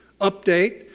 update